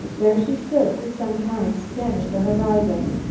there she stood for some time scanning the horizon.